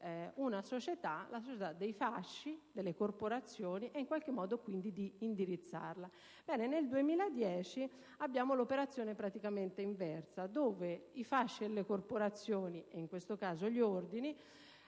e gestire la società dei fasci e delle corporazioni e, in qualche modo, di indirizzarla. Nel 2010 abbiamo una situazione praticamente inversa, dove i fasci e le corporazioni - in questo caso gli ordini